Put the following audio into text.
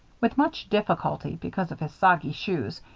with much difficulty, because of his soggy shoes,